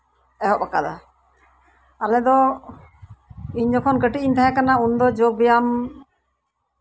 ᱮᱦᱚᱵ ᱟᱠᱟᱫᱟ ᱟᱞᱮ ᱫᱚ ᱤᱧ ᱡᱚᱠᱷᱚᱱ ᱠᱟᱴᱤᱡ ᱤᱧ ᱛᱟᱦᱮᱸ ᱠᱟᱱᱟ ᱩᱱ ᱫᱚ ᱡᱳᱜᱽ ᱵᱮᱭᱟᱢ